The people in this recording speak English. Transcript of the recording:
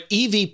EV